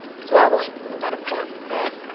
swallowing is a metaphor, he said,